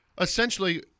essentially